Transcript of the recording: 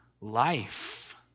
life